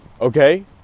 Okay